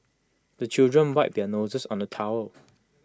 the children wipe their noses on the towel